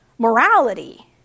morality